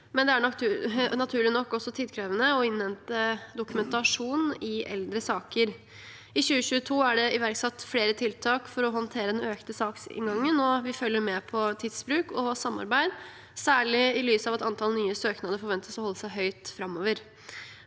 men det er naturlig nok også tidkrevende å innhente dokumentasjon i eldre saker. I 2022 er det iverksatt flere tiltak for å håndtere den økte saksinngangen. Vi følger med på tidsbruk og samarbeid, særlig i lys av at antall nye søknader forventes å holde seg høyt framover.